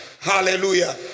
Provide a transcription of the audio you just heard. Hallelujah